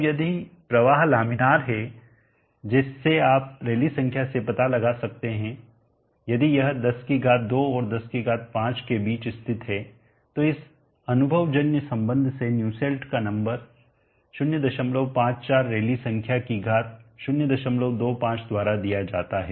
अब यदि प्रवाह लामिनार है जिसे आप रैली संख्या से पता लगा सकते हैं यदि यह 102 और 105 के बीच स्थित है तो इस अनुभवजन्य संबंध से न्यूसेल्ट का नंबर 054 रैली संख्या की घात 025 द्वारा दिया जाता है